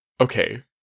okay